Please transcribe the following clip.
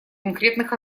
конкретных